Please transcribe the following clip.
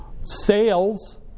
sales